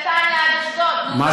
מנתניה עד אשדוד, נו באמת.